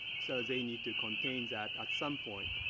so they need to contain that at some point.